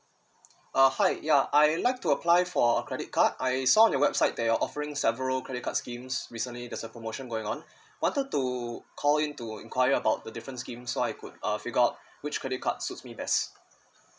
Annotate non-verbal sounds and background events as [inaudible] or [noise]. uh hi ya I'd like to apply for a credit card I saw on your website that you're offering several credit card schemes recently there's a promotion going on [breath] wanted to call in to inquire about the different scheme so I could uh figure out [breath] which credit cards suits me best